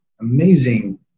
amazing